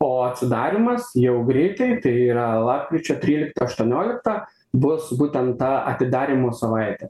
o atsidarymas jau greitai tai yra lapkričio tryliktą aštuonioliktą bus būtent ta atidarymo savaitė